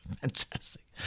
fantastic